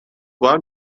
var